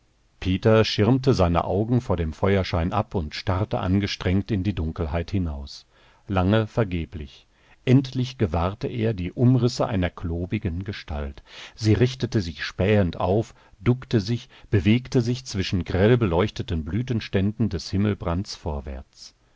peter schirmte seine augen vor dem feuerschein ab und starrte angestrengt in die dunkelheit hinaus lange vergeblich endlich gewahrte er die umrisse einer klobigen gestalt sie richtete sich spähend auf duckte sich bewegte sich zwischen grellbeleuchteten blütenständen des himmelbrands vorwärts